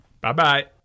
Bye-bye